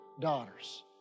daughters